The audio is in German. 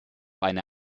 eine